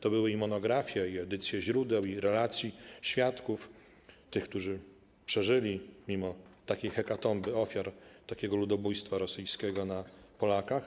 To były i monografie, i edycje źródeł, i relacje świadków, tych, którzy przeżyli mimo takiej hekatomby, ofiar ludobójstwa rosyjskiego na Polakach.